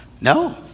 No